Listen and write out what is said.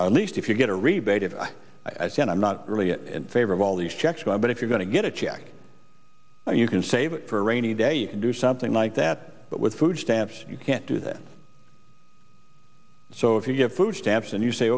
now at least if you get a rebate did i i said i'm not really in favor of all these checks by but if you're going to get a check you can save it for a rainy day you can do something like that but with food stamps you can't do that so if you have food stamps and you say